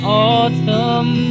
autumn